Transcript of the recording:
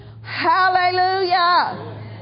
Hallelujah